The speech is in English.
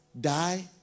die